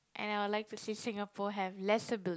and I will like to see Singapore have lesser build